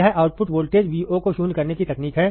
यह output voltage Vo को शून्य करने की तकनीक है